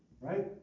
Right